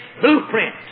blueprint